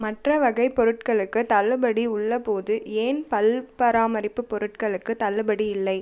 மற்ற வகைப் பொருட்களுக்குத் தள்ளுபடி உள்ளபோது ஏன் பல் பராமரிப்பு பொருட்களுக்குத் தள்ளுபடி இல்லை